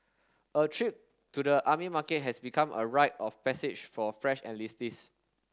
a trip to the army market has become a rite of passage for fresh enlistees